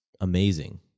amazing